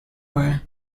away